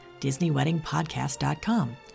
DisneyWeddingPodcast.com